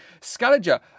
Scaliger